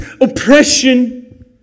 oppression